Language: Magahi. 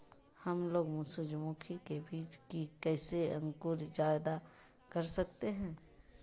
हमलोग सूरजमुखी के बिज की कैसे अंकुर जायदा कर सकते हैं?